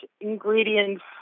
ingredients